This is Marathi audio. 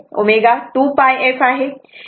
तर ω 2πf आहे